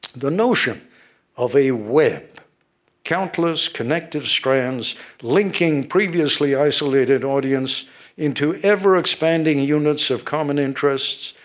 the notion of a web countless connective strands linking previously isolated audience into ever-expanding units of common interests,